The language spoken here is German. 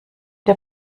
der